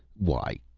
why,